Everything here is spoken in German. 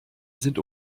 sind